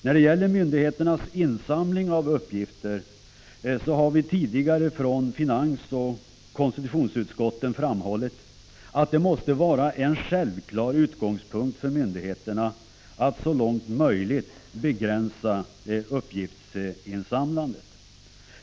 När det gäller myndigheternas insamling av uppgifter har vi tidigare från både finansoch konstitutionsutskotten framhållit att det måste vara en självklar utgångspunkt för myndigheterna att så långt möjligt begränsa uppgiftsinsamlandet.